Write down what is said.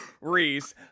Reese